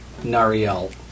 nariel